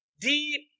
deep